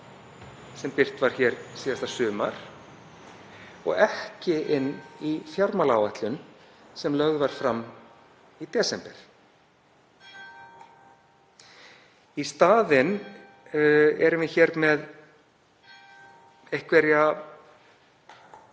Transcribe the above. sem birt var síðasta sumar og ekki inn í fjármálaáætlun sem lögð var fram í desember. Í staðinn erum við hér með einhverja